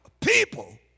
people